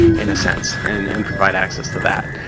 in a sense, and and provide access to that.